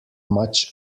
much